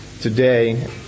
today